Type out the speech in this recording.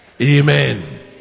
Amen